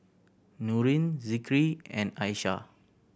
Nurin Zikri and Aishah